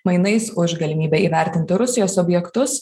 mainais už galimybę įvertinti rusijos objektus